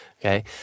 okay